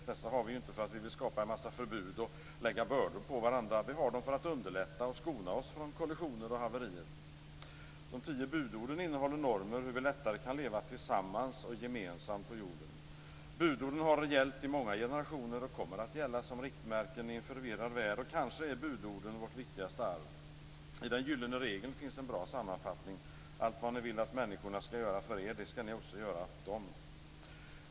Dessa har vi inte för att vi vill skapa en massa förbud och lägga bördor på varandra. Vi har dem för att underlätta och för att skona oss från kollisioner och haverier. De tio budorden innehåller normer för hur vi lättare kan leva tillsammans i gemenskap på jorden. Budorden har gällt i många generationer och kommer att gälla som riktmärken i en förvirrad värld. Kanske är budorden vårt viktigaste arv. I den gyllene regeln finns en bra sammanfattning: "Allt vad ni vill att människorna skall göra för er, det skall ni också göra för dem."